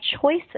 choices